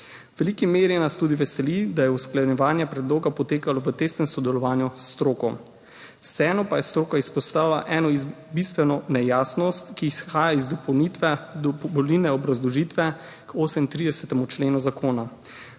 veliki meri nas tudi veseli, da je usklajevanje predloga potekalo v tesnem sodelovanju s stroko. Vseeno pa je stroka izpostavila eno bistveno nejasnost, ki izhaja iz dopolnilne obrazložitve k 38. členu zakona.